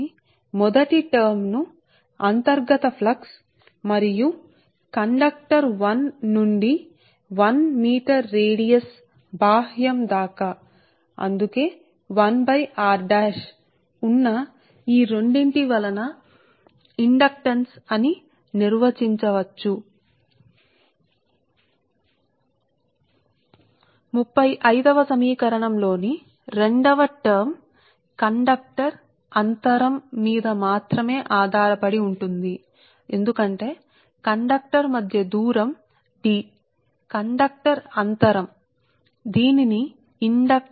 అంటే ఈ పదాన్ని రెండింటి కారణంగా అంటే అంతర్గత ప్లక్స్ మరియు బాహ్య ఫ్లక్స్ మీ ఒక మీటర్ వ్యాసార్థం గల కండక్టర్ 1 నుండి బాహ్యానికి బాహ్యం గా ఉన్నపుడు బాహ్య ఫ్లక్స్ సరే అంటే ఈ పదం మొదటి పదాన్ని రెండింటి కారణంగా అంతర్గత ఫ్లక్స్ మరియు కండక్టర్కు బాహ్యంగా 1 మీటర్ వరకు వ్యాసార్థం వరకు ఇండక్టెన్స్గా నిర్వచించవచ్చు అందుకే r1 అదేవిధంగా రెండవ పదం అదేవిధంగా సమీకరణం 35 యొక్క రెండవ పదం సరే అంటే ఈ పదం సమీకరణం 35 యొక్క రెండవ పదం సమీకరణం 35 యొక్క రెండవ పదం సరే కండక్టర్ అంతరం దూరం మీద మాత్రమే ఆధారపడి ఉంటుంది ఎందుకంటే ఆ కండక్టర్ మధ్యదూరం D కండక్టర్ అంతరం మరియు దీనిని ఇండక్టెన్స్ స్పేసింగ్ ఫ్యాక్టర్ అంటారు సరే